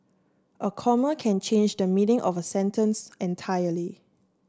a comma can change the meaning of a sentence entirely